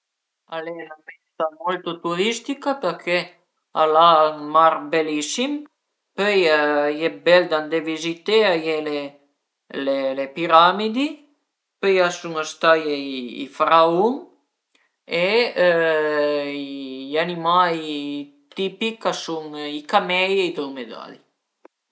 La bestia pi strana che l'abiu mai vist al e ël pogona, 'na specie dë dë lazara lunga, grosa che però al e gia faita tipu ën giari cun la cua lunga e cuandi a s'ënrabia a i ven la barba nera e al e verament disgüstuza